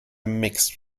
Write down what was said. mixed